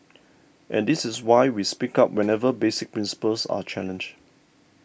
and this is why we speak up whenever basic principles are challenged